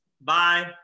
Bye